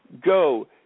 go